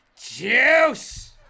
Juice